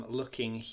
looking